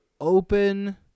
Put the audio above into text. open